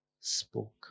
spoke